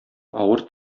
авыр